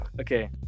Okay